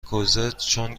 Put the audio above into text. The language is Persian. کوزتچون